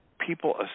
people